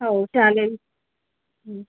हो चालेल हं